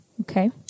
Okay